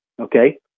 okay